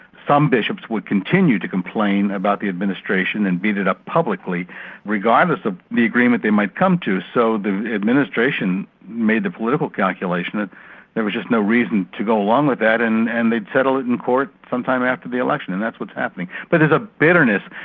some bishops would continue to complain about the administration and beat it up publicly regardless of the agreement they might come to. so the administration made the political calculation that there was just no reason to go along with that and and they'd settle it in court sometime after the election. and that's what's happening. but there's a bitterness,